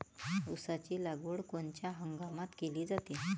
ऊसाची लागवड कोनच्या हंगामात केली जाते?